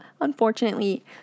unfortunately